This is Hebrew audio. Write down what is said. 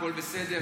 הכול בסדר.